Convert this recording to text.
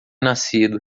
nascido